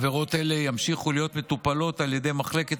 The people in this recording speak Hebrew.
עבירות אלה ימשיכו להיות מטופלות על ידי מחלקת